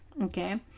Okay